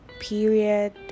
period